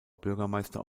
bürgermeister